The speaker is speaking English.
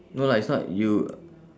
no lah it's not you